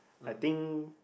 I think